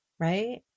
Right